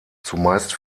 zumeist